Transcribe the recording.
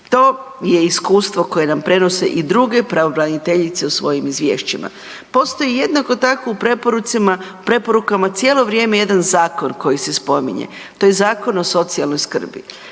To je iskustvo koje nam prenose i druge pravobraniteljice u svojim izvješćima. Postoji jednako tako u preporukama cijelo vrijeme jedan zakon koji se spominje, to je Zakon o socijalnoj skrbi.